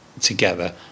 together